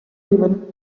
even